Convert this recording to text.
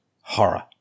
horror